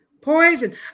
Poison